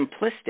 simplistic